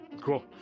cool